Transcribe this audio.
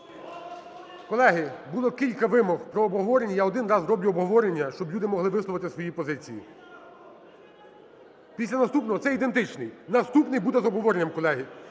Колеги, було кілька вимог про обговорення, я один раз зроблю обговорення, щоб люди могли висловити свої позиції. Після наступного. Це ідентичний, наступний буде з обговоренням, колеги.